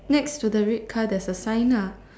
next to the red car there's a sign lah